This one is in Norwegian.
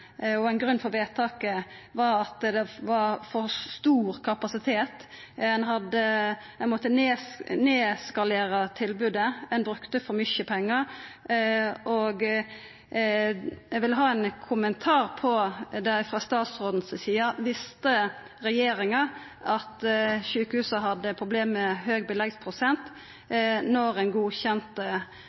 og ein grunn for vedtaket var at det var for stor kapasitet, ein måtte nedskalera tilbodet, ein brukte for mykje pengar. Eg vil ha ein kommentar til dette frå statsråden: Visste regjeringa at sjukehusa hadde problem med høg beleggsprosent da ein